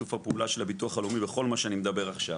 שיתוף הפעולה של הביטוח הלאומי בכל מה שאני מדבר עכשיו.